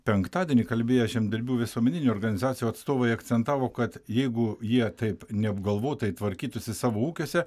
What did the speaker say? penktadienį kalbėjo žemdirbių visuomeninių organizacijų atstovai akcentavo kad jeigu jie taip neapgalvotai tvarkytųsi savo ūkiuose